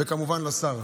וכמובן לשר,